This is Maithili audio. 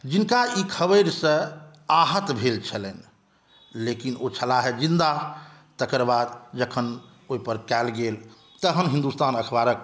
जिनका ई खबरिसँ आहत भेल छलनि लेकिन ओ छलाहे जिन्दा तकर बाद जखन ओहिपर कएल गेल तहन हिन्दुस्तान अखबारक